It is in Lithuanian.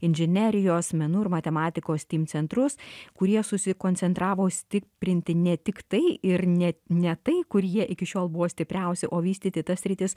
inžinerijos menų ir matematikos steam centrus kurie susikoncentravo stiprinti ne tiktai ir net ne tai kur jie iki šiol buvo stipriausi o vystyti tas sritis